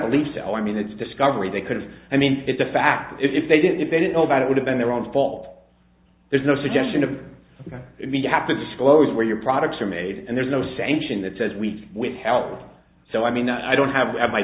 believe so i mean it's a discovery they could have i mean it's a fact if they did if they didn't know about it would have been their own fault there's no suggestion of if you have to disclose where your products are made and there's no sanction that says we withheld so i mean i don't have